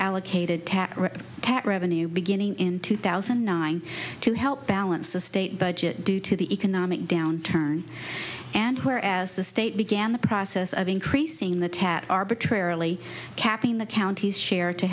allocated tax revenue beginning in two thousand and nine to help balance the state budget due to the economic downturn and where as the state began the process of increasing the tab arbitrarily capping the county's share to